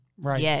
right